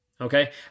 Okay